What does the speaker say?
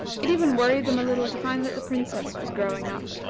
it even worried them a little to find that the princess was growing up.